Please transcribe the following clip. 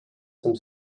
some